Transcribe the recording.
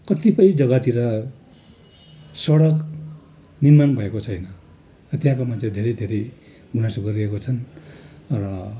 कतिपय जग्गातिर सडक निर्माण भएको छैन र त्यहाँको मान्छे धेरै धेरै गुनासो गरिरहेको छन् र